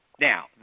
Now